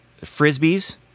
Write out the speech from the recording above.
frisbees